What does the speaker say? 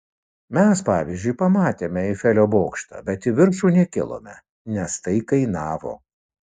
mes pavyzdžiui pamatėme eifelio bokštą bet į viršų nekilome nes tai kainavo